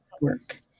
work